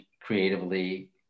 creatively